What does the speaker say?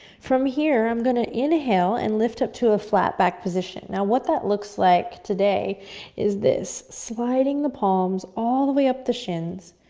from here i'm going to inhale and lift up to a flat back position. now, what that looks like today is this, sliding the palms all the way up the shins,